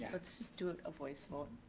let's just do it a voice vote.